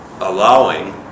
allowing